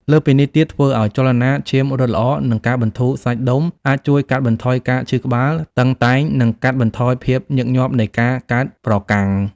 លើសពីនេះទៀត ធ្វើអោយចលនាឈាមរត់ល្អ និងការបន្ធូរសាច់ដុំអាចជួយកាត់បន្ថយការឈឺក្បាលតឹងតែង និងកាត់បន្ថយភាពញឹកញាប់នៃការកើតប្រកាំង។